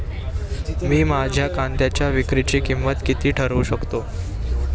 मी माझ्या कांद्यांच्या विक्रीची किंमत किती ठरवू शकतो?